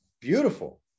beautiful